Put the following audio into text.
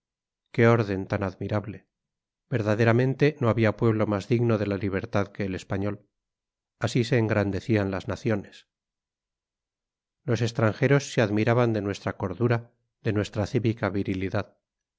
qué orden tan admirable verdaderamente no había pueblo más digno de la libertad que el español así se engrandecían las naciones los extranjeros se admiraban de nuestra cordura de nuestra cívica virilidad